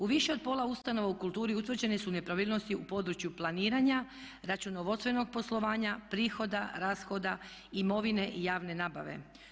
U više od pola ustanova u kulturi utvrđene su nepravilnosti u području planiranja, računovodstvenog poslovanja, prihoda, rashoda, imovine i javne nabave.